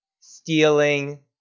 stealing